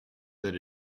that